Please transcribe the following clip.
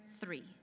three